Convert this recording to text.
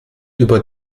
über